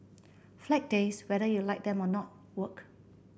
Flag Days whether you like them or not work